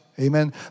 Amen